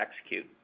execute